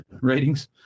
ratings